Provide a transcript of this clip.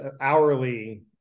hourly